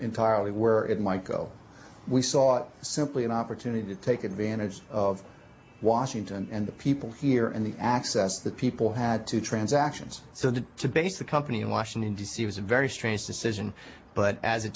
entirely where it might go we sought simply an opportunity to take advantage of washington and the people here and the access that people had to transactions so that to base a company in washington d c was a very strange decision but as it